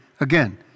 Again